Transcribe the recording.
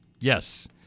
Yes